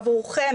עבורכם,